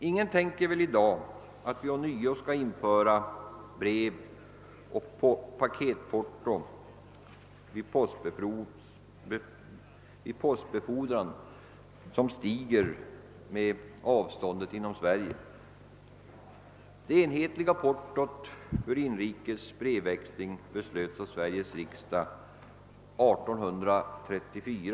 Ingen tänker väl sig i dag att vi ånyo skulle införa brevoch paketporto i postbefordran som stiger med avståndet inom Sverige? Det enhetliga portot för inrikes brevväxling beslöts av Sveriges riksdag 1834.